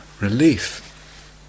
relief